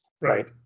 right